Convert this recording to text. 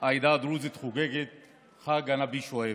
העדה הדרוזית חוגגת את חג הנביא שועייב.